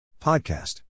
Podcast